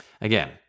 Again